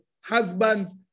husbands